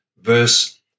verse